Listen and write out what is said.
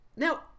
Now